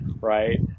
Right